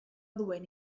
duen